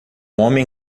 homem